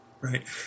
Right